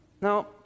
Now